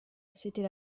c’était